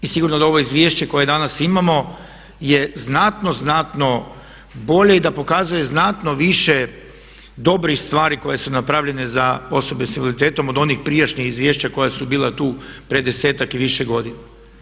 I sigurno da ovo izvješće koje danas imamo je znatno, znatno bolje i da pokazuje znatno više dobrih stvari koje su napravljene za osobe sa invaliditetom od onih prijašnjih izvješća koja su bila tu prije 10-ak i više godina.